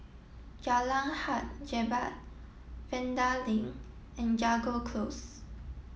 Jalan Hang Jebat Vanda Link and Jago Close